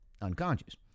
unconscious